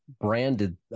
branded